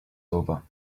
over